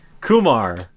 Kumar